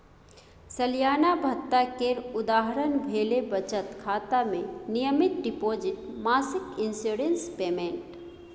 सलियाना भत्ता केर उदाहरण भेलै बचत खाता मे नियमित डिपोजिट, मासिक इंश्योरेंस पेमेंट